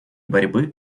борьбы